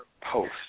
post